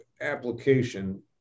application